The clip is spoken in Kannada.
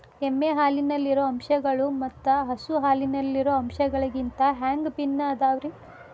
ಎಮ್ಮೆ ಹಾಲಿನಲ್ಲಿರೋ ಅಂಶಗಳು ಮತ್ತ ಹಸು ಹಾಲಿನಲ್ಲಿರೋ ಅಂಶಗಳಿಗಿಂತ ಹ್ಯಾಂಗ ಭಿನ್ನ ಅದಾವ್ರಿ?